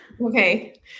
Okay